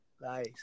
Nice